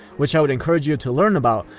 which i would encourage you to learn about,